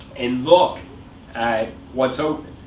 and look at what's so